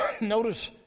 Notice